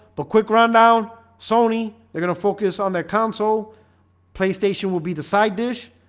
but quick rundown sony. they're gonna focus on their console playstation will be the side dish.